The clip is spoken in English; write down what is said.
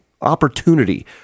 opportunity